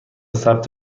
ثبت